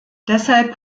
deshalb